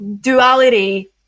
duality